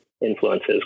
influences